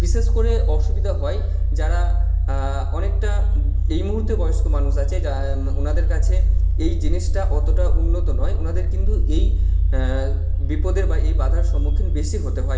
বিশেষ করে অসুবিধা হয় যারা অনেকটা এই মুহুর্তে বয়স্ক মানুষ আছে ওনাদের কাছে এই জিনিসটা অতটা উন্নত নয় ওনাদের কিন্তু এই বিপদের বা এই বাধার সম্মুখীন বেশি হতে হয়